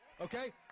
Okay